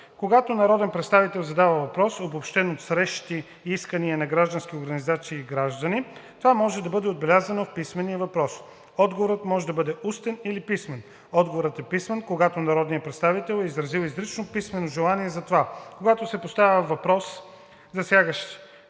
Когато народен представител задава въпрос, обобщен от срещи и искания на граждански организации и граждани, това може да бъде отбелязано в писмения въпрос. Отговорът може да бъде устен или писмен. Отговорът е писмен, когато народният представител е изразил изрично писмено желание за това, когато се поставя въпрос, засягащ